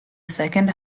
second